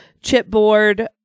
chipboard